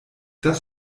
das